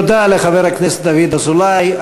תודה לחבר הכנסת דוד אזולאי.